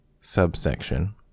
Subsection